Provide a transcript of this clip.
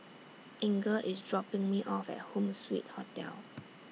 Inger IS dropping Me off At Home Suite Hotel